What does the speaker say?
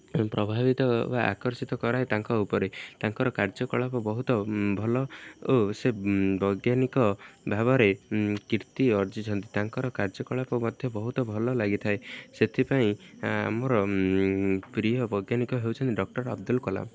ପ୍ରଭାବିତ ବା ଆକର୍ଷିତ କରାଏ ତାଙ୍କ ଉପରେ ତାଙ୍କର କାର୍ଯ୍ୟକଳାପ ବହୁତ ଭଲ ଓ ସେ ବୈଜ୍ଞାନିକ ଭାବରେ କୀର୍ତ୍ତି ଅର୍ଜିଛନ୍ତି ତାଙ୍କର କାର୍ଯ୍ୟକଳାପ ମଧ୍ୟ ବହୁତ ଭଲ ଲାଗିଥାଏ ସେଥିପାଇଁ ଆମର ପ୍ରିୟ ବୈଜ୍ଞାନିକ ହେଉଛନ୍ତି ଡକ୍ଟର୍ ଅବ୍ଦୁଲ୍ କଲାମ୍